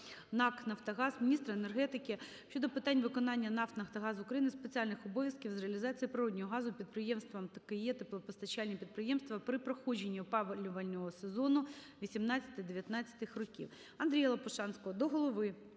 НАК "Нафтогаз", міністра енергетики щодо питань виконання НАК "Нафтогаз України" спеціальних обов'язків з реалізації природного газу підприємствам ТКЕ (теплопостачальні підприємства) при проходженні опалювального сезону 18-19-х років. Андрія Лопушанського до голови